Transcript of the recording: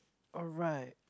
alright